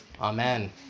Amen